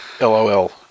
LOL